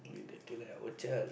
we tackle like our child